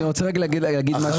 אני רוצה רק להגיד משהו.